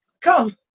come